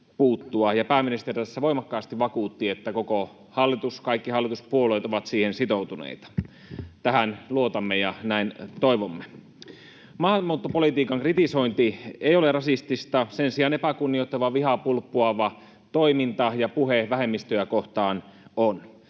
pääministeri tässä voimakkaasti vakuutti, että koko hallitus ja kaikki hallituspuolueet ovat siihen sitoutuneita. Tähän luotamme ja näin toivomme. Maahanmuuttopolitiikan kritisointi ei ole rasistista. Sen sijaan epäkunnioittava, vihaa pulppuava toiminta ja puhe vähemmistöjä kohtaan on.